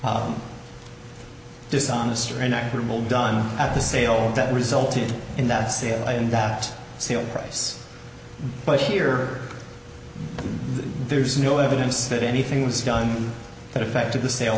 dishonest or an equitable done at the sale of that resulted in that state and that sale price but here there's no evidence that anything was done that affected the sale